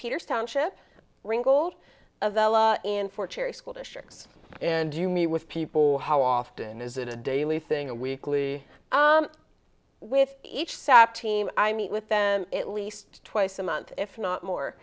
peter's township ringgold of and for cherry school districts and you meet with people how often is it a daily thing a weekly with each sap team i meet with them at least twice a month if not more